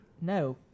No